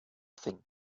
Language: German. thing